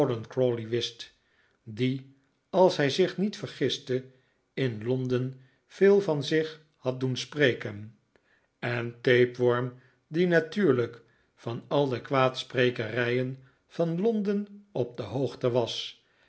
die als hij zich niet vergiste in londen veel van zich had doen spreken en tapeworm die natuurlijk van al de kwaadsprekerijen van londen op de hoogte was